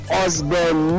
osborne